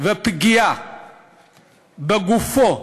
ועל פגיעה בגופו,